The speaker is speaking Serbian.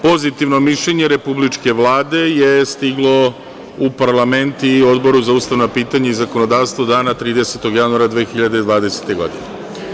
Pozitivno mišljene Republičke vlade je stiglo u parlament i Odboru za ustavna pitanja i zakonodavstvo dana 30. januara 2020. godine.